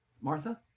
Martha